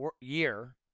year